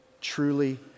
truly